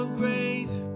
grace